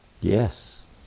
Yes